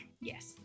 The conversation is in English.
Yes